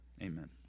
Amen